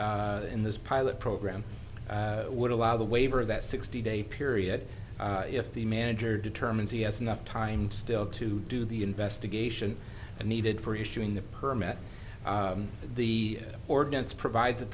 in this pilot program would allow the waiver that sixty day period if the manager determines he has enough time still to do the investigation needed for issuing the permit the ordinance provides